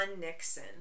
nixon